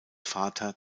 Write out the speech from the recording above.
vater